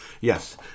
Yes